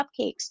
cupcakes